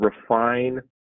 refine